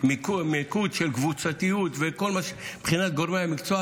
מיקוד של קבוצתיות ובחינת גורמי המקצוע,